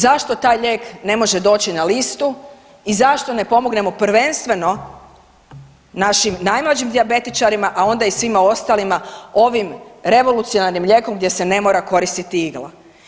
Zašto taj lijek ne može doći na listu i zašto ne pomognemo, prvenstveno našim najmlađim dijabetičarima, a onda i svima ostalima ovim revolucionarnim lijekom gdje se ne mora koristiti igla.